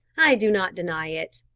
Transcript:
i do not deny it.